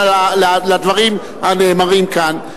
אלא על הדברים הנאמרים כאן,